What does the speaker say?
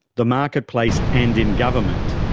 the marketplace and in government.